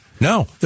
No